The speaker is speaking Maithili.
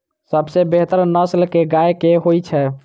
सबसँ बेहतर नस्ल केँ गाय केँ होइ छै?